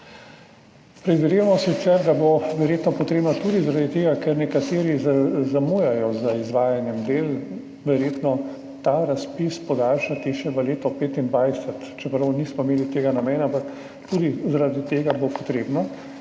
Predvidevamo sicer, da bo verjetno treba tudi zaradi tega, ker nekateri zamujajo z izvajanjem del, ta razpis podaljšati še v leto 2025, čeprav nismo imeli tega namena, ampak tudi zaradi tega bo to potrebno.